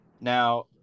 Now